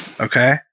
Okay